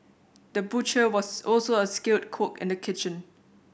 the butcher was also a skilled cook in the kitchen